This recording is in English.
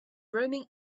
roaming